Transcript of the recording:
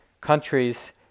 countries